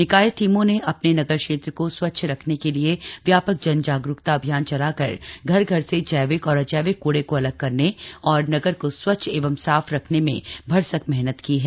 निकाय टीमों ने अपने नगर क्षेत्र को स्वच्छ रखने के लिए व्यापक जन जागरूकता अभियान चलाकर घर घर से जैविक और अजैविक कूड़े को अलग करने तथा नगर को स्वच्छ एवं साफ रखने में भरसक मेहनत की है